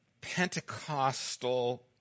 Pentecostal